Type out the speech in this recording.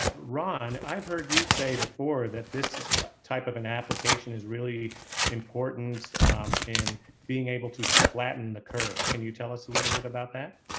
ron, i've heard you say before that this ah type of an application is really important in being able to flatten the curve. can you tell us a little bit about that?